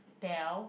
Dell